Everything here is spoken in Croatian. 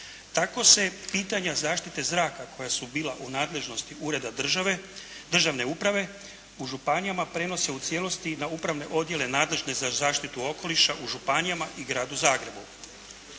Tako se pitanja zaštite zraka koja su bila u nadležnosti ureda državne uprave u županijama prenose u cijelosti na upravne odjele nadležne za zaštitu okoliša u županijama i gradu Zagrebu.